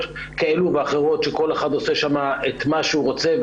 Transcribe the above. כאלו ואחרות שכל אחד עושה שם מה שהוא רוצה,